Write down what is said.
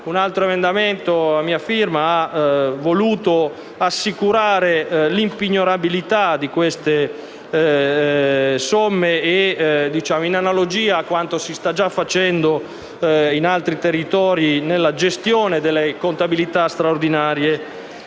un altro emendamento a mia firma ha voluto assicurare l'impignorabilità di queste somme, in analogia a quanto si sta già facendo in altri territori, nella gestione delle contabilità straordinarie